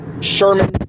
Sherman